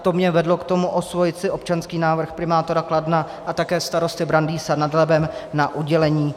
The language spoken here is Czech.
To mě vedlo k tomu osvojit si občanský návrh primátora Kladna a také starosty Brandýsa nad Labem na udělení